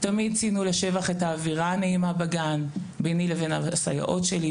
תמיד ציינו לשבח את האווירה הנעימה בגן ביני לבין הסייעות שלי.